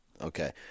Okay